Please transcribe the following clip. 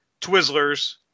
Twizzlers